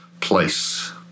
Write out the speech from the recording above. place